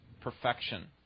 perfection